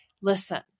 Listen